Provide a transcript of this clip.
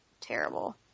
terrible